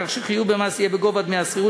כך שחיוב במס יהיה בגובה דמי השכירות